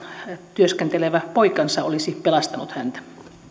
työskentelevä poikansa olisi pelastanut häntä